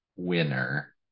winner